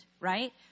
right